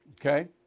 okay